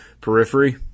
Periphery